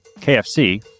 KFC